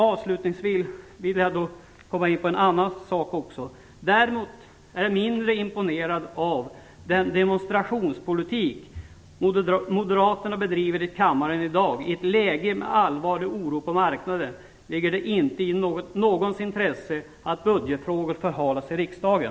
Avslutningsvis vill jag nämna att jag är mindre imponerad av den demonstrationspolitik som moderaterna bedriver i kammaren i dag. I ett läge med allvarlig oro på marknaden ligger det inte i någons intresse att budgetfrågor förhalas i riksdagen.